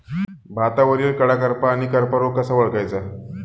भातावरील कडा करपा आणि करपा रोग कसा ओळखायचा?